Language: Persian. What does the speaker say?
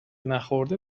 نخورده